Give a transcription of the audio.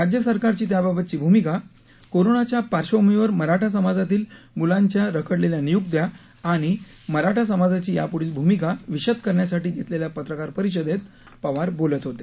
राज्य सरकारची त्याबाबतची भूमिका कोरोनाच्या पार्श्वभूमीवर मराठा समाजातील मूलांच्या खडलेल्या निय्क्त्या आणि मराठा समाजाची याप्ढील भूमिका विषद करण्यासाठी घेतलेल्या पत्रकार परिषदेत पवार बोलत होते